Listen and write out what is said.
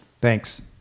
thanks